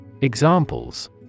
Examples